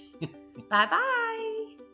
Bye-bye